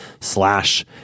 slash